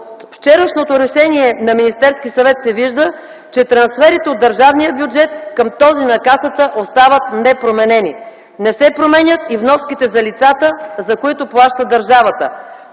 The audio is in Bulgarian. вчерашното решение на Министерския съвет се вижда, че трансферите от държавния бюджет към този на Касата остават непроменени. Не се променят и вноските за лицата, за които плаща държавата.